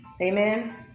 Amen